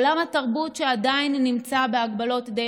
עולם התרבות עדיין נמצא בהגבלות די